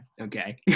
okay